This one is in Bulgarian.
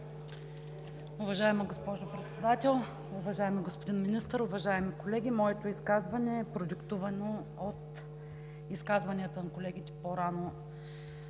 Уважаема госпожо Председател, уважаеми господин Министър, уважаеми колеги! Моето изказване е продиктувано от изказванията на колегите по-рано